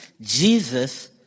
Jesus